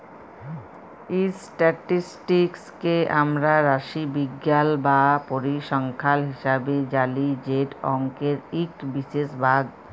statistics কে আমরা রাশিবিজ্ঞাল বা পরিসংখ্যাল হিসাবে জালি যেট অংকের ইকট বিশেষ ভাগ